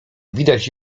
widać